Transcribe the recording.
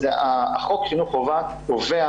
חוק חינוך חובה קובע